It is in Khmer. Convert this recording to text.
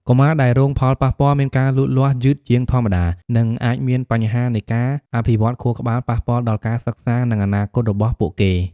កុមារដែលរងផលប៉ះពាល់មានការលូតលាស់យឺតជាងធម្មតា និងអាចមានបញ្ហានៃការអភិវឌ្ឍខួរក្បាល ប៉ះពាល់ដល់ការសិក្សា និងអនាគតរបស់ពួកគេ។